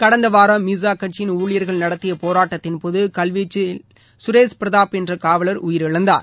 கடந்த வாரம் மீசாக் கட்சியின் ஊழியர்கள் நடத்திய போராட்டதின் போது கல்வீச்சு சுரேஷ் பிரதாப் என்ற காவலர் உயிரிழந்தார்